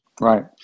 right